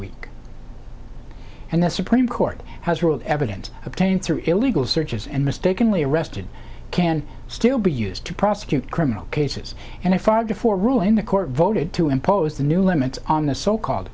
week and the supreme court has ruled evidence obtained through illegal searches and mistakenly arrested can still be used to prosecute criminal cases and five to four ruling the court voted to impose the new limits on the so called